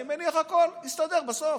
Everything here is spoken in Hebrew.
אני מניח שהכול יסתדר בסוף.